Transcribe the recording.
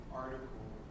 article